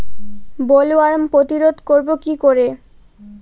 Bollworm প্রতিরোধ করব কি করে?